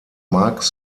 marx